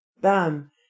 Bam